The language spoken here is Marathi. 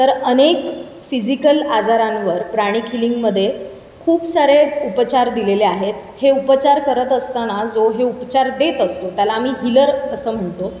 तर अनेक फिजिकल आजारांवर प्राणिक हिलिंगमध्ये खूप सारे उपचार दिलेले आहेत हे उपचार करत असताना जो हे उपचार देत असतो त्याला आम्ही हिलर असं म्हणतो